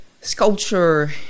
sculpture